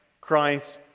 christ